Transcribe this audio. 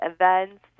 events